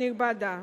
תודה רבה.